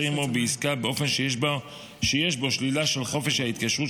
עימו בעסקה באופן שיש בו שלילה של חופש ההתקשרות